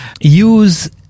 Use